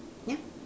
ya